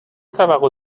توقع